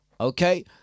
Okay